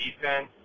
defense